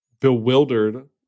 bewildered